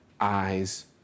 eyes